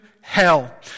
hell